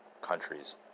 countries